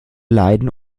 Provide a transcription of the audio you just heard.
leiden